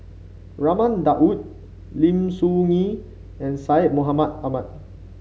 Raman Daud Lim Soo Ngee and Syed Mohamed Ahmed